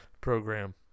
program